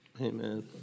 Amen